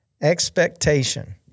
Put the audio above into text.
Expectation